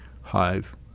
hive